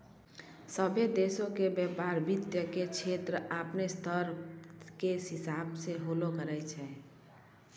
सभ्भे देशो के व्यपार वित्त के क्षेत्रो अपनो स्तर के हिसाबो से होलो करै छै